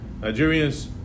Nigerians